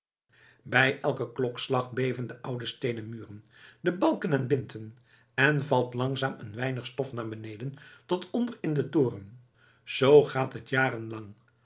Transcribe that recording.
bij elken klokslag beven de oude steenen muren de balken en binten en valt langzaam een weinig stof naar beneden tot onder in den toren z gaat het